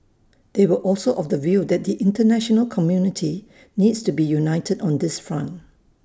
they were also of the view that the International community needs to be united on this front